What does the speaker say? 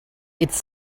its